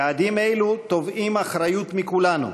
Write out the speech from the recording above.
יעדים אלו תובעים אחריות מכולנו: